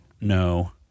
No